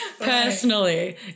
personally